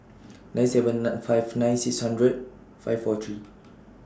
nine seven nine five nine six hundred five four three